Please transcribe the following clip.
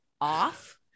off